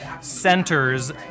centers